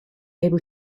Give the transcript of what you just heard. able